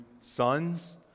sons